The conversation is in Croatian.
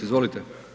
Izvolite.